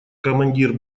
командир